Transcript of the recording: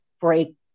break